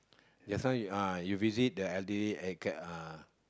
just now you uh visit the elderly at uh